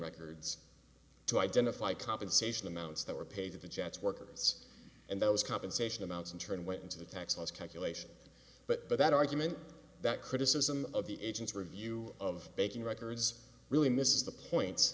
records to identify compensation amounts that were paid to the jets workers and those compensation amounts in turn went into the tax loss calculation but that argument that criticism of the agents review of baking records really misses the point